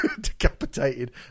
Decapitated